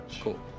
cool